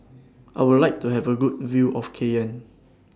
I Would like to Have A Good View of Cayenne